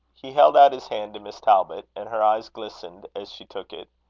he held out his hand to miss talbot, and her eyes glistened as she took it.